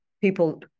people